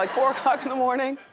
like four o'clock in the morning.